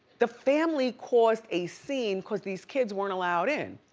the family caused a scene, cause these kids weren't allowed in.